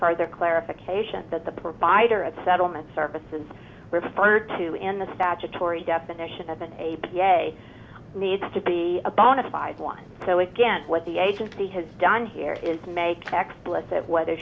further clarification that the provider at settlement services referred to in the statutory definition of an a p a needs to be a bona fide one so again with the agency has done here is make explicit whether